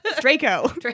Draco